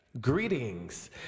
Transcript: Greetings